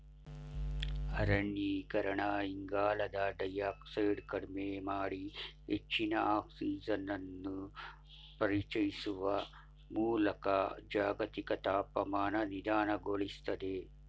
ಅರಣ್ಯೀಕರಣ ಇಂಗಾಲದ ಡೈಯಾಕ್ಸೈಡ್ ಕಡಿಮೆ ಮಾಡಿ ಹೆಚ್ಚಿನ ಆಕ್ಸಿಜನನ್ನು ಪರಿಚಯಿಸುವ ಮೂಲಕ ಜಾಗತಿಕ ತಾಪಮಾನ ನಿಧಾನಗೊಳಿಸ್ತದೆ